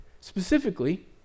Specifically